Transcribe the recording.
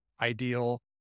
ideal